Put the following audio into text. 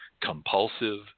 compulsive